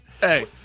Hey